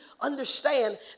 understand